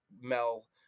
mel